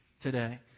today